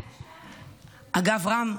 ואגב, רם,